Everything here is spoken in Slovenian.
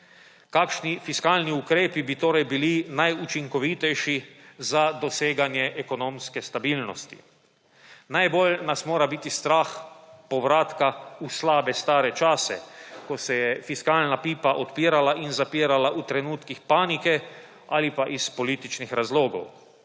Kakšni fiskalni ukrepi bi torej bili najučinkovitejši za doseganje ekonomske stabilnosti? Najbolj nas mora biti strah povratka v slabe stare čase, ko se je fiskalna pipa odpirala in zapirala v trenutkih panike ali pa iz političnih razlogov.